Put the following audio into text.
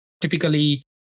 typically